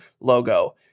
logo